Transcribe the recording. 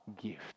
gift